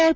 R